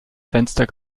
fenster